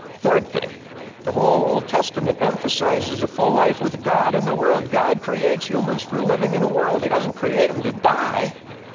third thing the whole old testament emphasizes a full life with god in the world. god creates humans for a living in a world. he doesn't create him to die.